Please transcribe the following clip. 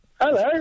Hello